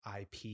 IP